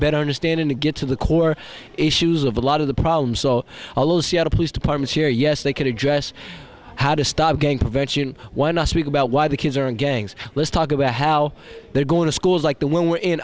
better understanding to get to the core issues of a lot of the problems so a little seattle police department here yes they can address how to stop gang prevention why not speak about why the kids are in gangs let's talk about how they're going to schools like the one we're in